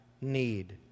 need